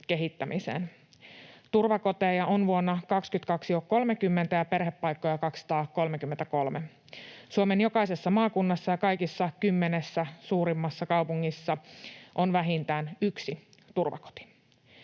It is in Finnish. kehittämiseen. Turvakoteja on vuonna 22 jo 30 ja perhepaikkoja 233. Suomen jokaisessa maakunnassa ja kaikissa kymmenessä suurimmassa kaupungissa on vähintään yksi turvakoti.